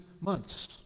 months